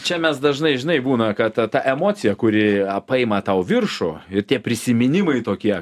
čia mes dažnai žinai būna kad ta emocija kuri paima tau viršų ir tie prisiminimai tokie